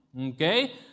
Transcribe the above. Okay